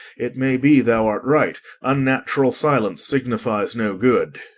it may be thou art right unnatural silence signifies no good.